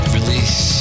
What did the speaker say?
Release